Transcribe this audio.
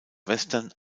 western